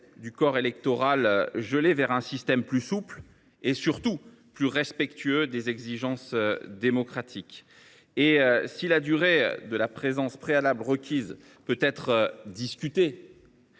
du corps électoral gelé vers un système plus souple et, surtout, plus respectueux des exigences démocratiques. Si la durée de la présence préalable requise peut être discutée